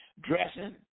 Dressing